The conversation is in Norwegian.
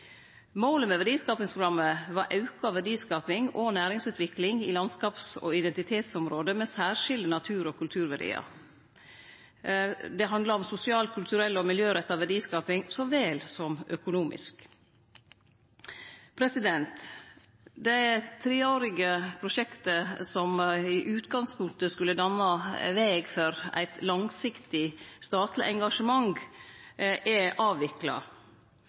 Målet med verdiskapingsprogrammet var auka verdiskaping og næringsutvikling i landskaps- og identitetsområde med særskilde natur- og kulturverdiar. Det handla om sosial, kulturell og miljøretta verdiskaping så vel som økonomisk. Det treårige prosjektet som i utgangspunktet skulle danne veg for eit langsiktig statleg engasjement, er avvikla.